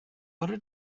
bore